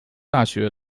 大学